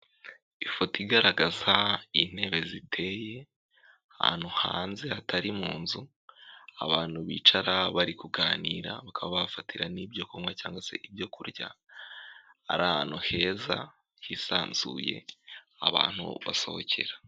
Ifoto igaragaza intebe ziteye ahantu hanze hatari mu nzu, abantu bicara bari kuganira bakaba bafatira n'ibyo kunywa cyangwa se ibyo kurya, hari ahantu heza hisanzuye abantu basohokera.